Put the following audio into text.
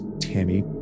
Tammy